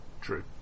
True